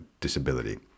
disability